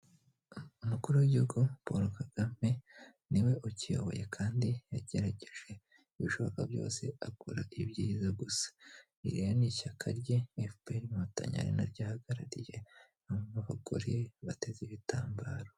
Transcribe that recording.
Umukuru w'igihugu Kagame Paul ni we ukiyoboye kandi yagerageje ibishoboka byose akora ibyiza gusa ; ririya ni ishyaka rye FPR inkotanyi ari na ryo ahagarariye naho abagore bateze ibitambaro.